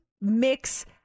mix